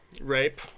rape